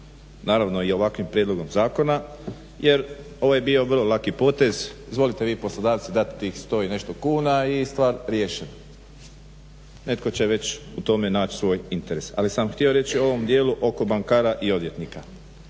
Naravno i ovakvim prijedlogom zakona jer ovo je bio vrlo laki potez. Izvolite vi poslodavci dati tih 100 i nešto kuna i stvar riješena. Netko će već u tome naći svoj interes. Ali sam htio reći u ovom dijelu oko bankara i odvjetnika.